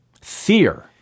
Fear